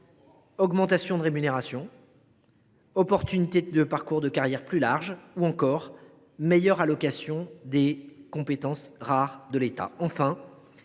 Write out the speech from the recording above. augmentation des rémunérations, parcours de carrières plus larges, ou encore meilleure allocation des compétences rares de l’État.